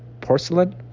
porcelain